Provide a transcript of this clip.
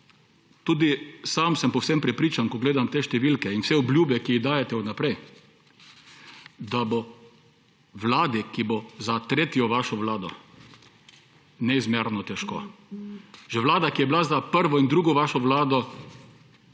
tudi sam povsem prepričan, ko gledam te številke in vse obljube, ki jih dajete vnaprej, da bo vladi, ki bo prišla za tretjo vašo vlado, neizmerno težko. Že vlada, ki je bila za prvo in drugo vašo vlado,